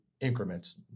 increments